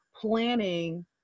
planning